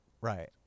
Right